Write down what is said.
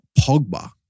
Pogba